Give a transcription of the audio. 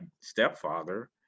stepfather